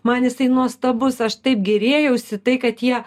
man jisai nuostabus aš taip gėrėjausi tai kad jie